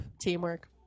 Teamwork